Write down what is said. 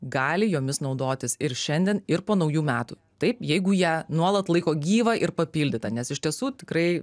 gali jomis naudotis ir šiandien ir po naujų metų taip jeigu ją nuolat laiko gyvą ir papildytą nes iš tiesų tikrai